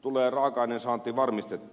tulee raaka aineen saanti varmistettua